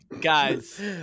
Guys